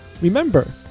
remember